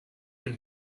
will